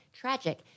tragic